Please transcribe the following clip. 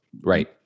Right